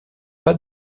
pas